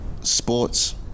sports